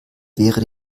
wäre